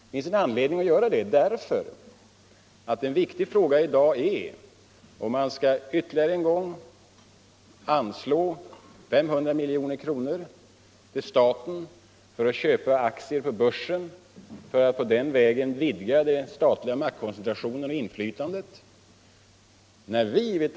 Det finns anledning att göra det, eftersom en viktig fråga i dag är om man ytterligare en gång skall anslå 500 milj.kr. till staten för inköp av aktier på börsen för att på den vägen vidga den statliga maktkoncentrationen och det statliga inflytandet.